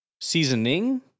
Seasoning